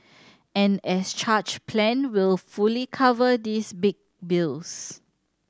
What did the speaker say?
an as charged plan will fully cover these big bills